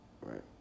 Right